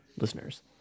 listeners